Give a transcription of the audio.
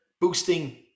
Boosting